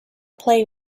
play